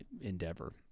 endeavor